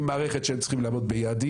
עם מערכת שהם צריכים לעמוד ביעדים.